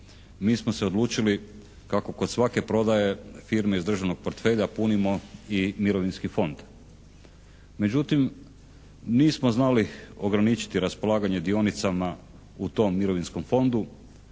mi smo se odlučili kako kod svake prodaje firme iz državnog portfelja punimo i mirovinski fond. Međutim nismo znali ograničiti raspolaganje dionicama u tom mirovinskom fondu.